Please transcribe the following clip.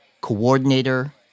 coordinator